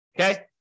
Okay